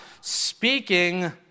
speaking